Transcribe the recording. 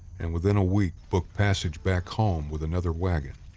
and within a week booked passage back home with another wagon.